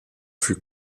fut